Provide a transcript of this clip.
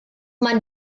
man